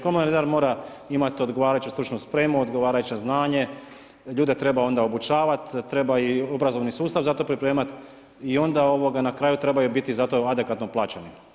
Komunalni redar mora imati odgovarajuću stručnu spremu, odgovarajuće znanje, ljude treba onda obučavati, treba i obrazovni sustav za to pripremat, i onda na kraju trebaju biti i za to adekvatno plaćeni.